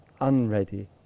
unready